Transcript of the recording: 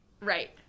Right